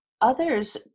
Others